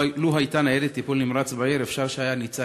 לו הייתה ניידת טיפול נמרץ בעיר, אפשר שהיה ניצל.